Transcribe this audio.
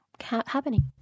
happening